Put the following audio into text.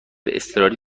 اضطراری